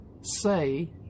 say